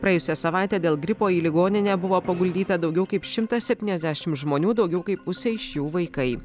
praėjusią savaitę dėl gripo į ligoninę buvo paguldyta daugiau kaip šimtas septyniasdešimt žmonių daugiau kaip pusė iš jų vaikai